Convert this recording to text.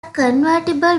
convertible